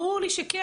ברור לי שכן.